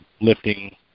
lifting